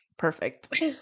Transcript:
perfect